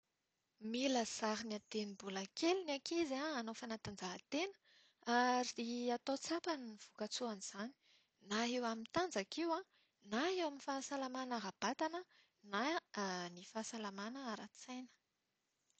Mila zarina dieny mbola kely ny ankizy an, hanao fanatanjahan-tena ary atao tsapany ny voka-tsoan'izany, na eo amin'ny tanjaka io, na eo amin'ny fahasalamàna ara-batana na ny fahasalamàna ara-tsaina.